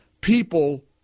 people